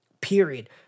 period